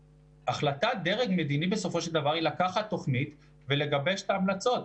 החלטת דרג מדיני בסופו של דבר היא לקחת תוכנית ולגבש את ההמלצות.